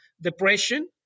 depression